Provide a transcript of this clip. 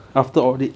after audit